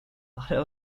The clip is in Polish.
ale